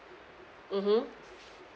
mmhmm